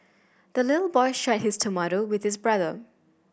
the little boy shared his tomato with his brother